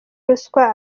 ruswa